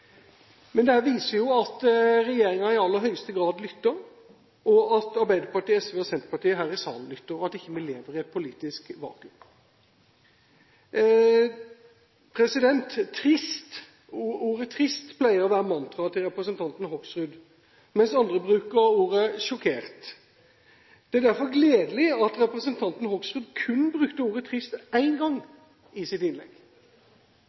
Men det viser at regjeringen i aller høyeste grad lytter, at Arbeiderpartiet, SV og Senterpartiet her i salen lytter, og at vi ikke lever i et politisk vakuum. Ordet «trist» pleier å være mantraet til representanten Hoksrud, mens andre bruker ordet «sjokkert». Det er derfor gledelig at representanten Hoksrud kun brukte ordet «trist» én gang i sitt innlegg.